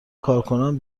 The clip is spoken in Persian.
کارکنان